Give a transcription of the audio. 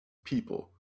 people